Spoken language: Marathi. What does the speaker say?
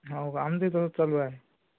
हो का आमचंही तसंच चालू आहे